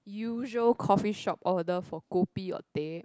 usual coffee shop order for kopi or teh